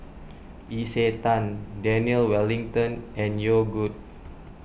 Isetan Daniel Wellington and Yogood